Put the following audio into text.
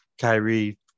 Kyrie